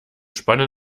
spannen